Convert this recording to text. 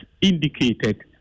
indicated